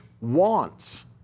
wants